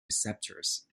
receptors